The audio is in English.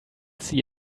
see